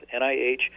NIH